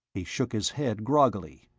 he shook his head groggily.